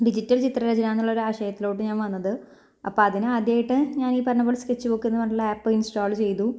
digital ചിത്രരചന എന്നുള്ള ഒരു ആശയത്തിലോട്ട് ഞാൻ വന്നത് അപ്പോൾ അതിന് ആദ്യമായിട്ട് ഞാൻ ഈ പറഞ്ഞതുപോലെ സ്കെച്ച്ബുക്ക് എന്നു പറഞ്ഞുള്ള ആപ്പ് ഇന്സ്റ്റാൾ ചെയ്തു